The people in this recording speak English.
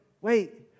wait